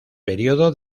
período